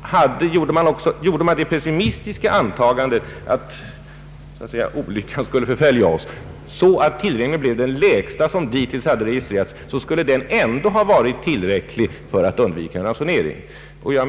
hade gjort det pessimistiska antagandet att olyckan skulle så att säga förfölja oss och tillrinningen bli den lägsta som dittills hade registrerats — skulle den ändå ha varit tillräcklig för att undvika en ransonering.